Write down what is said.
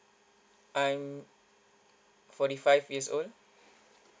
I'm forty five years old